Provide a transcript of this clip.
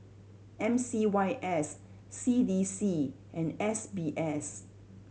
M C Y S C D C and S B S